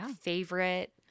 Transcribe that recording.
favorite